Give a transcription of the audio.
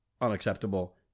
unacceptable